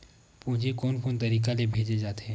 पूंजी कोन कोन तरीका ले भेजे जाथे?